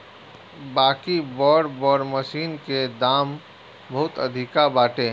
बाकि बड़ बड़ मशीन के दाम बहुते अधिका बाटे